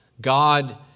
God